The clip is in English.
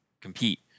compete